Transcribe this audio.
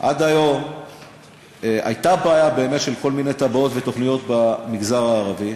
עד היום הייתה באמת בעיה של כל מיני תב"עות ותוכניות במגזר הערבי,